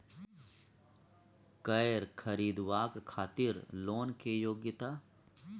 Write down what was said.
कैर खरीदवाक खातिर लोन के योग्यता?